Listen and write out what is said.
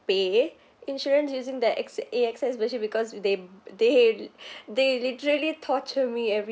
pay insurance using that X A_X_S especially because they they they literally torture me every